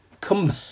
come